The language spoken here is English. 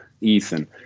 Ethan